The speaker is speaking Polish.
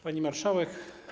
Pani Marszałek!